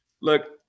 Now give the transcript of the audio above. Look